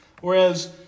Whereas